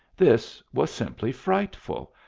this was simply frightful!